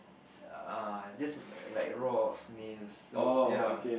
err just like raw snails so ya